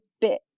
bit